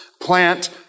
plant